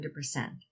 100%